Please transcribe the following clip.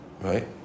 right